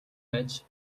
байж